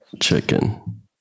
chicken